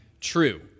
true